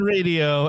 Radio